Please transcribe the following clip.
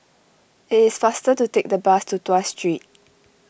it is faster to take the bus to Tuas Street